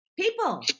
People